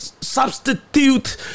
substitute